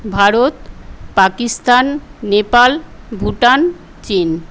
ভারত পাকিস্তান নেপাল ভুটান চীন